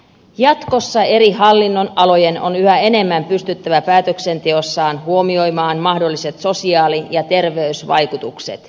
jatkossa eri hallinnonalojen on yhä enemmän pystyttävä päätöksenteossaan huomioimaan mahdolliset sosiaali ja terveysvaikutukset